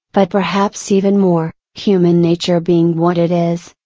but perhaps even more, human nature being what it is,